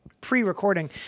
pre-recording